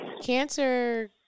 cancer